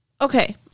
okay